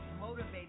motivated